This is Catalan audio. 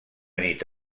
nit